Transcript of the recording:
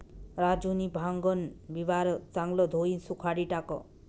राजूनी भांगन बिवारं चांगलं धोयीन सुखाडी टाकं